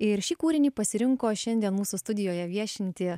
ir šį kūrinį pasirinko šiandien mūsų studijoje viešinti